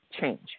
change